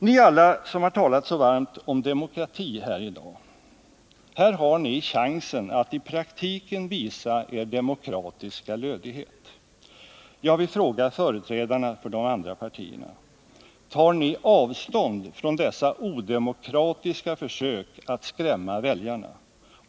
Ni alla som talat så varmt om demokrati här i dag — här har ni en chans att i praktiken visa er demokratiska lödighet. Jag vill fråga företrädarna för de andra partierna: Tar ni avstånd från dessa odemokratiska försök att skrämma väljarna?